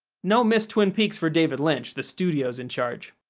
no miss twin peaks for david lynch, the studio is in charge.